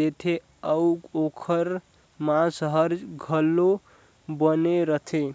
देथे अउ ओखर मांस हर घलो बने रथे